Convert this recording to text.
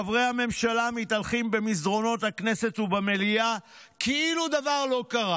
חברי הממשלה מתהלכים במסדרונות הכנסת ובמליאה כאילו דבר לא קרה,